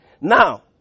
Now